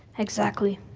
exactly.